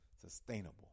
sustainable